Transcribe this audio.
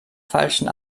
falschen